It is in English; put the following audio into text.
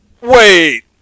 Wait